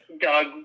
Doug